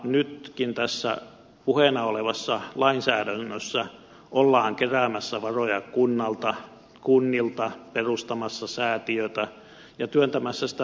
nytkin tässä puheena olevassa lainsäädännössä ollaan keräämässä varoja kunnilta perustamassa säätiötä ja työntämässä sitä poispäin valtiolta